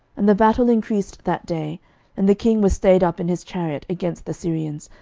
and the battle increased that day and the king was stayed up in his chariot against the syrians,